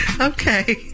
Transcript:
Okay